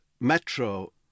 Metro